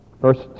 First